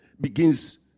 begins